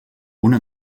una